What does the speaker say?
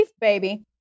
baby